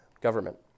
government